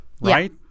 right